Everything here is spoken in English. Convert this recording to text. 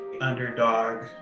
underdog